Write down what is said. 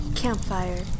Campfire